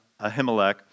Ahimelech